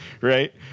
right